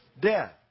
Death